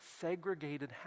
segregated